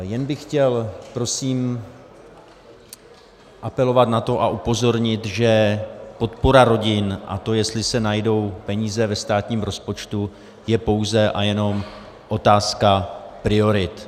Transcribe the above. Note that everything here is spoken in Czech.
Jen bych chtěl prosím apelovat na to a upozornit, že podpora rodin a to, jestli se najdou peníze ve státním rozpočtu, je pouze a jenom otázka priorit.